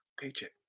paycheck